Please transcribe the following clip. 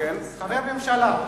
חבר ממשלה.